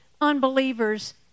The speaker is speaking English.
unbelievers